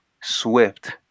Swift